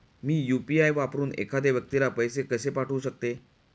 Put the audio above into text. मी UPI वापरून एखाद्या व्यक्तीला पैसे कसे पाठवू शकते?